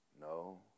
no